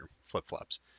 flip-flops